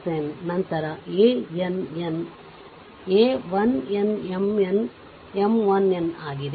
11n ನಂತರ a 1n M 1n ಆಗಿದೆ